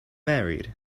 married